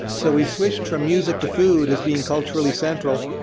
so we've switched from music to food as being culturally central.